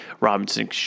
Robinson